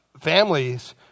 families